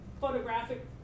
photographic